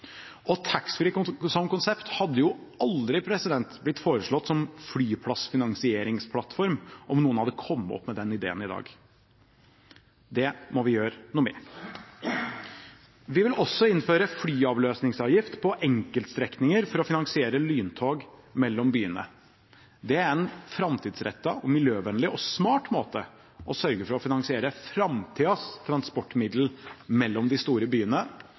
flybilletter. Taxfree som konsept hadde aldri blitt foreslått som flyplassfinansieringsplattform om noen hadde kommet opp med den ideen i dag. Det må vi gjøre noe med. Vi vil også innføre flyavløsningsavgift på enkeltstrekninger for å finansiere lyntog mellom byene. Det er en framtidsrettet, miljøvennlig og smart måte å sørge for å finansiere framtidens transportmiddel mellom de store byene